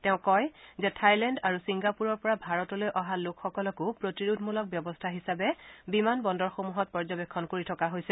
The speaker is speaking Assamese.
তেওঁ কয় যে থাইলেণ্ড আৰু ছিংগাপুৰৰ পৰা ভাৰতলৈ অহা লোকসকলকো প্ৰতিৰোধমূলক ব্যৱস্থা হিচাপে বিমান বন্দৰসমূহত পৰ্যবেক্ষণ কৰি থকা হৈছে